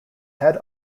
head